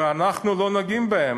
ואנחנו לא נוגעים בהם.